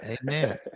Amen